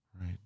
Right